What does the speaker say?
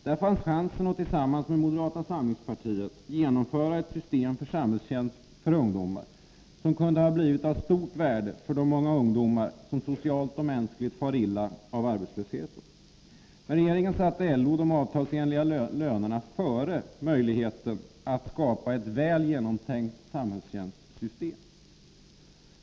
Där fanns chansen att tillsammans med moderata samlingspartiet genomföra ett system med samhällstjänst för ungdomar, vilket kunde ha blivit av stort värde för de många ungdomar som socialt och mänskligt far illa av arbetslösheten. Men regeringen satte LO och de avtalsenliga lönerna före möjligheterna att skapa ett väl genomtänkt samhällstjänstsystem.